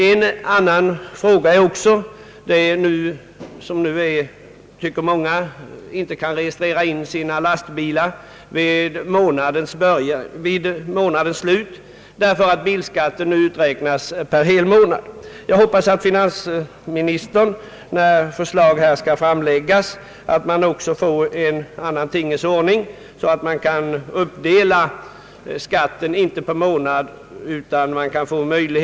Vidare är det för närvarande ett problem för många, att de icke anser sig kunna registrera sina lastbilar vid månadens slut, därför att bilskatten nu uträknas per hel månad. Jag hoppas att finansministern är villig medverka till att man här får en annan tingens ordning, så att skatten kan uppdelas inte per månad utan för kortare tid.